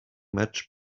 much